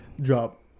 Drop